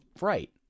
Right